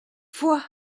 fois